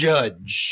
Judge